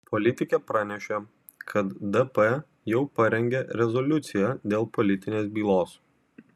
politikė pranešė kad dp jau parengė rezoliuciją dėl politinės bylos